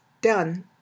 done